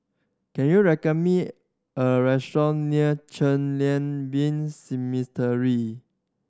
can you recommend me a restaurant near Chen Lien Been